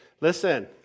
listen